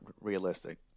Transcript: realistic